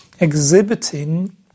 exhibiting